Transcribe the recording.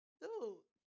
dude